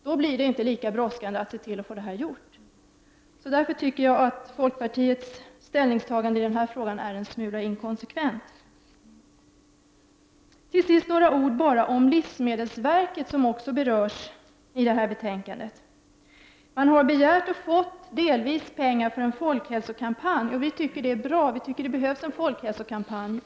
Då blir det inte lika brådskande att se till att få det här gjort. Jag tycker därför att folkpartiets ställningstagande i denna fråga är litet inkonsekvent. Till slut bara några ord om livsmedelsverket, som berörs i detta betänkande. Man har begärt och delvis fått pengar till en folkhälsokampanj, och vi tycker att det är bra. Vi menar att det behövs en sådan kampanj.